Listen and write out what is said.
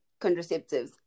contraceptives